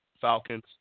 Falcons